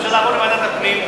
הנושא יעבור לוועדת הפנים,